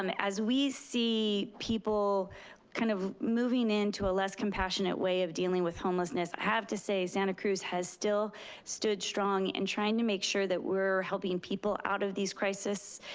um as we see people kind of moving into a less compassionate way of dealing with homelessness, i have to say santa cruz has still stood strong in and trying to make sure that we're helping people out of these crisis,